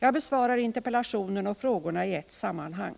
Jag besvarar interpellationen och frågorna i ett sammanhang.